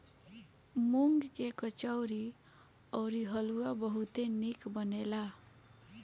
मूंग के कचौड़ी अउरी हलुआ बहुते निक बनेला